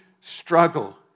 struggle